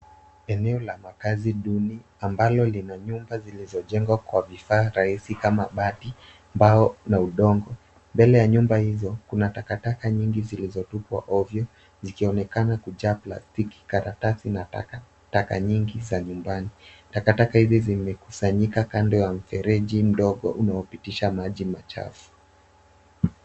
Eneo la makazi duni ambalo lina nyumba zilizojengwa kwa vifaa rahisi kama bati, mbao na udongo. Mbele ya nyumba hizo kuna takataka nyingi zilizotupwa ovyo zikionekana kujaa plastiki, karatasi na takataka nyingi za nyumbani. Takataka hizi zimekusanyika kando ya mfereji mdogo unaopitisha maji machafu.